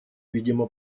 видимо